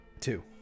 Two